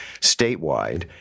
statewide